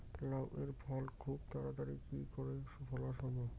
লাউ এর ফল খুব তাড়াতাড়ি কি করে ফলা সম্ভব?